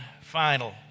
final